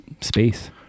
space